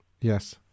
Yes